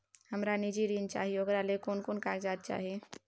हमरा निजी ऋण चाही ओकरा ले कोन कोन कागजात चाही?